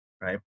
right